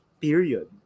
Period